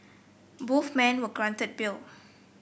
both men were granted bail